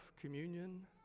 communion